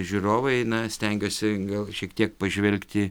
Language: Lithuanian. žiūrovai na stengiuosi gal šiek tiek pažvelgti